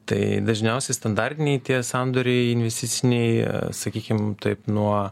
tai dažniausiai standartiniai tie sandoriai investiciniai sakykim taip nuo